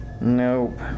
Nope